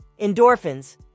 Endorphins